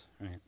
right